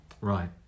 Right